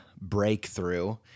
Breakthrough